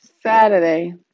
Saturday